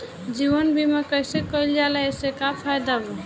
जीवन बीमा कैसे कईल जाला एसे का फायदा बा?